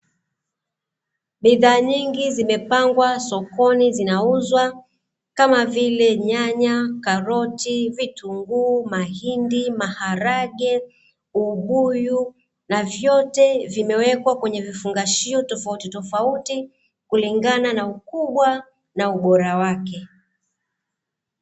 Bidhaa nyingi zimepangwa sokoni zinauzwa kama vile nyannya, karoti, vitunguu, mahindi, maharage, ubuyu na vyote vimewekwa kwenye vifungashio tofautitofauti, kulingana na ukubwa na ubora wake.